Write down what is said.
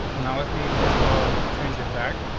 now with me, first of all, change it back.